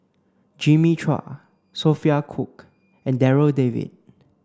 Jimmy Chua Sophia Cooke and Darryl David